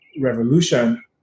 revolution